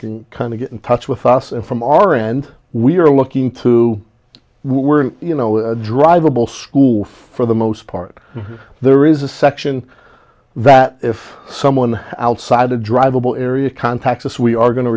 can kind of get in touch with us and from our end we are looking to were you know drivable school for the most part there is a section that if someone outside the drivable area contacts us we are going to